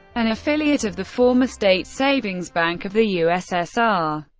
an affiliate of the former state savings bank of the ussr.